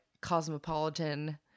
cosmopolitan